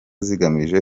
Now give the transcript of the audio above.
zigamije